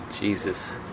Jesus